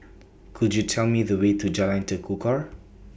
Could YOU Tell Me The Way to Jalan Tekukor